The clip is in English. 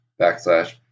backslash